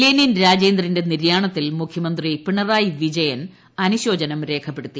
Lenin രാജേന്ദ്രന്റെ നിര്യാണത്തിൽ മുഖ്യമന്ത്രി പിണറായി വിജയൻ അനുശോചനം രേഖപ്പെടുത്തി